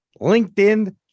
LinkedIn